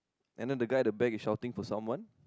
and then the guy the back is shouting for someone